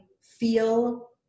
feel